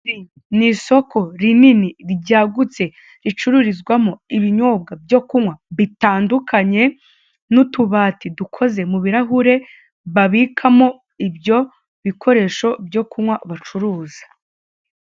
Ni isoko rinini ryagutse ricururizwamo ibinyobwa byo kunywa bitandukanye, n'utubati dukoze mu birahure babikamo ibyo bikoresho byo kunywa bacuruza.